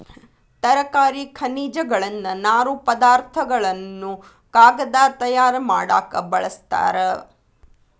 ತರಕಾರಿ ಖನಿಜಗಳನ್ನ ನಾರು ಪದಾರ್ಥ ಗಳನ್ನು ಕಾಗದಾ ತಯಾರ ಮಾಡಾಕ ಬಳಸ್ತಾರ